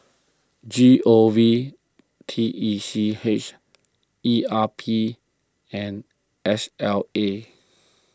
G O V T E C H E R P and S L A